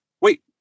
wait